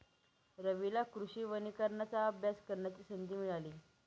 रवीला कृषी वनीकरणाचा अभ्यास करण्याची संधी मिळाली